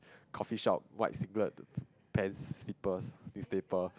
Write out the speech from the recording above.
coffee-shop white singlet pants slippers newspaper